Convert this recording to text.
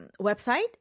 website